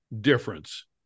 difference